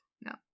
no